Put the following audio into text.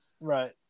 Right